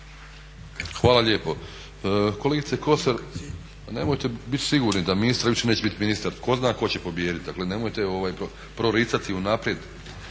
Hvala lijepo. Kolegice Kosor pa nemojte biti sigurno da ministar više neće biti ministar, tko zna tko će pobijediti. Dakle nemojte proricati unaprijed